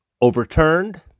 overturned